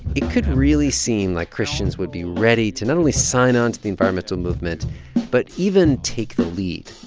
it could really seem like christians would be ready to not only sign on to the environmental movement but even take the lead.